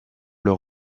leur